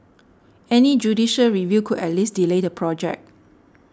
any judicial review could at least delay the project